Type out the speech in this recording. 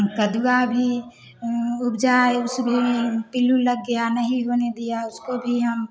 कद्दुआ भी उपजा है उसमें पिलु लग गया नहीं होने दिया उसको भी हम